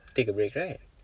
take a break right